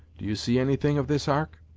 do you see anything of this ark?